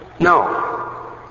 No